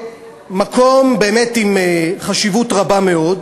מקום באמת עם חשיבות רבה מאוד,